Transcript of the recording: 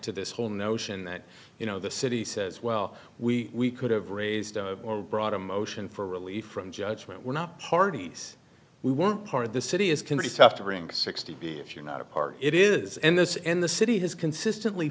to this whole notion that you know the city says well we could have raised or brought a motion for relief from judgment were not parties we weren't part of the city is can be tough to bring sixty b if you're not a part it is in this and the city has consistently